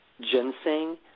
ginseng